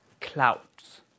clouds